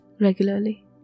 regularly